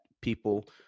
people